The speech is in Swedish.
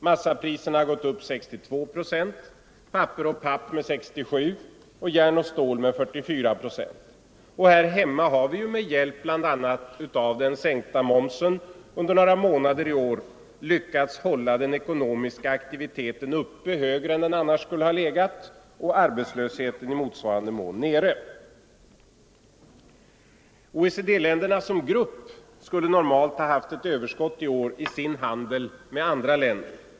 Massapriserna har gått upp med 62 procent, papper och papp med 67 procent, järn och stål med 44 procent. Och här hemma har vi ju med hjälp av bl.a. den sänkta momsen under några månader i år lyckats hålla den ekonomiska aktiviteten uppe högre än den annars skulle ha legat och arbetslösheten i motsvarande mån nere. OECD-länderna som grupp skulle normalt ha haft ett överskott i år i sin handel med andra länder.